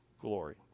glory